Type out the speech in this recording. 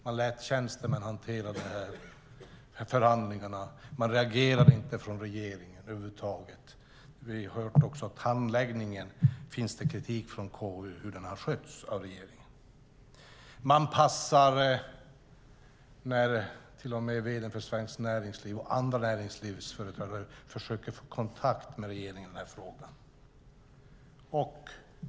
Man lät tjänstemän hantera förhandlingarna, och man reagerade över huvud taget inte från regeringen. Vi har också hört att det finns kritik från KU mot hur handläggningen har skötts av regeringen. Man passar när till och med vd:n för Svenskt Näringsliv och andra näringslivsföreträdare försöker få kontakt med regeringen i denna fråga.